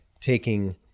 taking